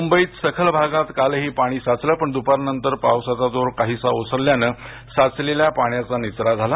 मुंबईत सखल भागात कालही पाणी साचलं पण द्रपारनंतर पावसाचा जोर काहीसा ओसरल्याने साचलेल्या पाण्याचा निचरा झाला